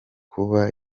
kuba